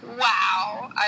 Wow